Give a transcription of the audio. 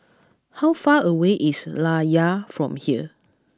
how far away is Layar from here